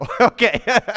Okay